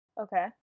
Okay